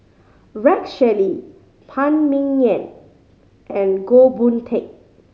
Rex Shelley Phan Ming Yen and Goh Boon Teck